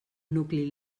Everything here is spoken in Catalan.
nucli